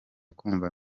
kumva